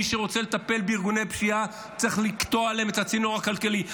מי שרוצה לטפל בארגוני פשיעה צריך לקטוע להם את הצינור הכלכלי.